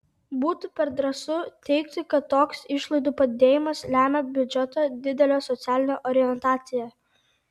būtų per drąsu teigti kad toks išlaidų padidėjimas lemia biudžeto didelę socialinę orientaciją